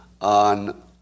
on